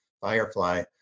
Firefly